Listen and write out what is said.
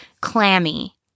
clammy